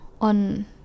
on